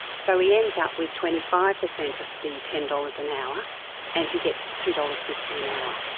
so he ends up with twenty five percent of the ten dollars an hour and he gets two dollars. fifty an hour.